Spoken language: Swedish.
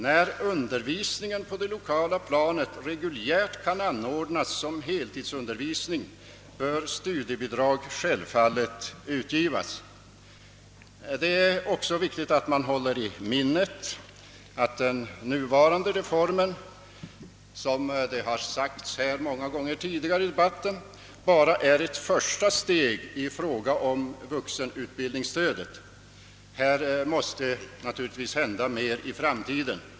När undervisningen på det lokala planet reguljärt kan anordnas som heltidsundervisning bör studiebidrag självfallet ges. Det är också viktigt att man håller i minnet att den nuvarande reformen — vilket sagts många gånger tidigare i debatten — bara är ett första steg i fråga om vuxenutbildningsstödet. På detta område måste naturligtvis mer hända i framtiden.